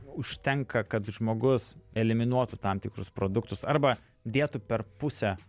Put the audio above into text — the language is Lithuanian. užtenka kad žmogus eliminuotų tam tikrus produktus arba dėtų per pusę